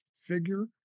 figure